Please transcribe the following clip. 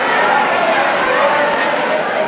חברי הכנסת,